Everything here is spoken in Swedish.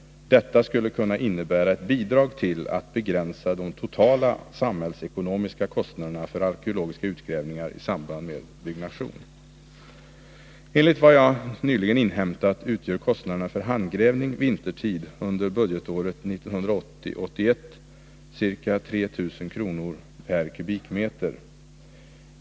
Detta skulle kunna bidra till att begränsa de totala samhällsekonomiska kostnaderna för arkeologiska utgrävningar i samband med byggnation. Enligt vad jag inhämtat, utgjorde kostnaden för handgrävning vintertid under budgetåret 1980/81 ca 3000 kr. per kubikmeter.